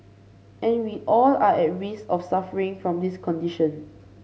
and we all are at risk of suffering from this condition